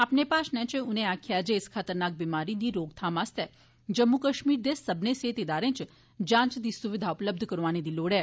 अपने भाषण च उनें आक्खेआ जे इस खतरनाक बिमारी दी रोकथाम आस्तै जम्मू कश्मीर दे सब्बनें सेहत इदारें च जांच दी सुविधा उपलब्ध करवानें दी जरुरत ऐ